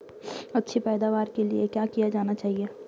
अच्छी पैदावार के लिए क्या किया जाना चाहिए?